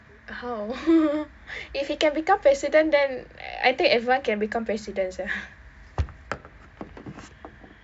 how if he can become president then eh I think everyone can become president [sial]